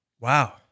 Wow